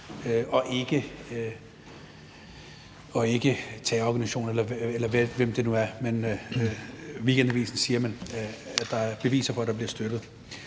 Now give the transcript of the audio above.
og ikke terrororganisationer, eller hvem det nu er, men Weekendavisen skriver, at der er beviser for, at der bliver støttet.